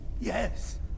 Yes